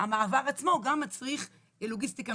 המעבר עצמו גם מצריך לוגיסטיקה.